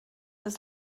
das